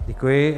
Děkuji.